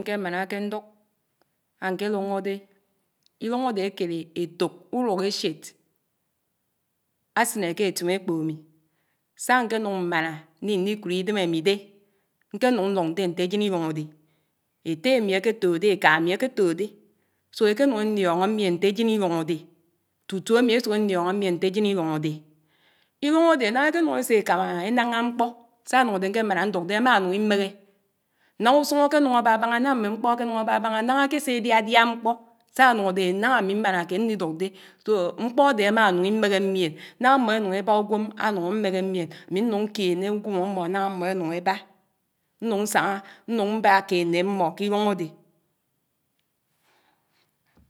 Nkémànáké ndúk, áñkeluñódé, ilúñ adè ákèlè etòk ùlùk ésièt, ásinè ké etim ekpó ami sá ñkenúñ mmána ndikúd idém amì dé nkénùñ nlùñ dé ntéjèn ilùñ ade. Étè ámi ákétedé, èkà àmi áketòde ékénùñ eliòño mièn ntè ájén ilùñ ade tùtù àmi èsuk ẽnliòñò mièn ajen iluñ ade iluñ ade náná ékénúñ ésé ékámà mkpó sá ànùñ ádé ñkémáná ndúk dé ámánùñ imégé. Náná úsúñ ákěbábáñá náná mmè mkpọ́ ákébábáñá, náñá èkésé édiñdiá mkpọ. Sá ánùñ àdé náñá àmi mmànàke nniduk dé mkpọ adé áma ánúñ ámmégé mmien, àmi nùñ ñkèné úgwóm àmọ̀ náñá ámmọ̀ ènùñ ébá nnùñ ñsañá nnùñ mbá kèd nè ámọ́ kilúñ ádè.